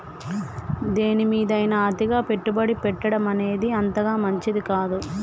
దేనిమీదైనా అతిగా పెట్టుబడి పెట్టడమనేది అంతగా మంచిది కాదు